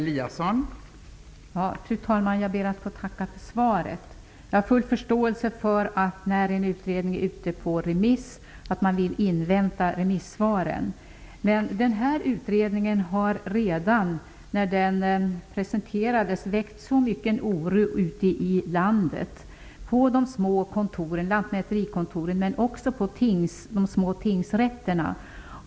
Fru talman! Jag ber att få tacka för svaret. Jag har full förståelse för att man, när en utredning är ute på remiss, vill invänta remissvaren. Men den här utredningen har redan, sedan den presenterades, väckt mycket oro ute i landet, på de små lantmäterikontoren men också på de små tingsrätterna.